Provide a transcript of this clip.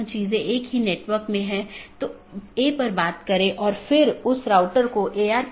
दोनों संभव राउटर का विज्ञापन करते हैं और infeasible राउटर को वापस लेते हैं